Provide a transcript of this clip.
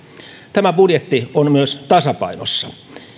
tämä budjetti on myös tasapainossa